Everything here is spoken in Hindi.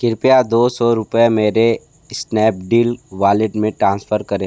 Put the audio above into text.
कृपया दो सौ रुपए मेरे इस्नैपडील वालेट में टांसफ़र करें